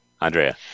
Andrea